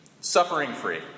suffering-free